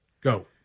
Go